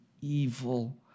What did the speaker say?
evil